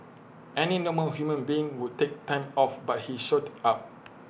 any normal human being would take time off but he showed up